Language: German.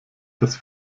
dass